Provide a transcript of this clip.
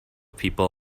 people